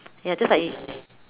ya just like in